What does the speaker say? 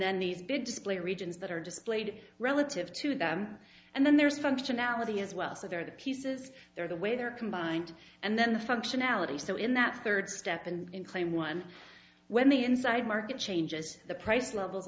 then these big display regions that are displayed relative to them and then there's functionality as well so they're the pieces they're the way they're combined and then the functionality so in that third step and in claim one when the inside market changes the price level